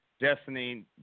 destiny